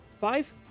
five